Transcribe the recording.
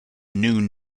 noon